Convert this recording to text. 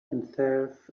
himself